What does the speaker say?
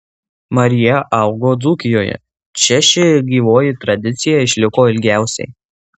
marija augo dzūkijoje čia ši gyvoji tradicija išliko ilgiausiai